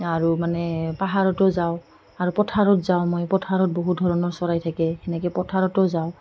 আৰু মানে পাহাৰতো যাওঁ আৰু পথাৰত যাওঁ মই পথাৰত বহুত ধৰণৰ চৰাই থাকে সেনেকৈ পথাৰতো যাওঁ